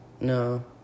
no